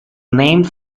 named